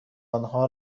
آنها